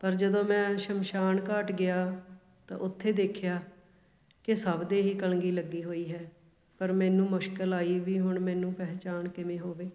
ਪਰ ਜਦੋਂ ਮੈਂ ਸ਼ਮਸ਼ਾਨ ਘਾਟ ਗਿਆ ਤਾਂ ਉੱਥੇ ਦੇਖਿਆ ਕਿ ਸਭ ਦੇ ਹੀ ਕਲਗੀ ਲੱਗੀ ਹੋਈ ਹੈ ਪਰ ਮੈਨੂੰ ਮੁਸ਼ਕਿਲ ਆਈ ਵੀ ਹੁਣ ਮੈਨੂੰ ਪਹਿਚਾਣ ਕਿਵੇਂ ਹੋਵੇ